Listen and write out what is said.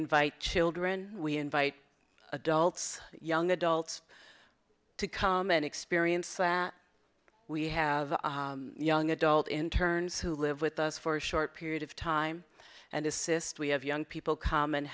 invite children we invite adults young adults to come and experience we have young adult internes who live with us for a short period of time and assist we have young people come and